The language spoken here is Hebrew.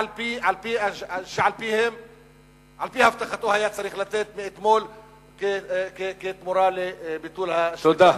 שעל-פי הבטחתו היה צריך לתת אתמול כתמורה לביטול השביתה.